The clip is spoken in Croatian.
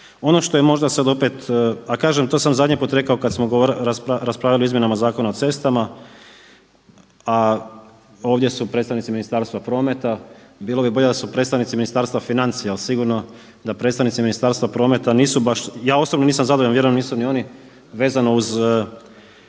Ono što je možda sad opet, a kažem, to sam zadnji put rekao kada smo raspravljali o izmjenama Zakona o cestama a ovdje su predstavnici Ministarstva prometa, bilo bi bolje da su predstavnici Ministarstva financija jer sigurno da predstavnici Ministarstva prometa nisu baš, ja osobno nisam zadovoljan, vjerujem nisu ni oni vezano uz